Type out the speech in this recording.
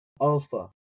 alpha